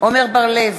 עמר בר-לב,